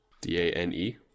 D-A-N-E